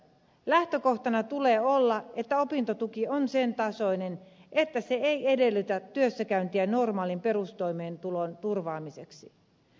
lähtökohtana tulee olla että opintotuki on sen tasoinen että se ei edellytä työssäkäyntiä normaalin perustoimeentulon turvaamiseksi